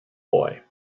boy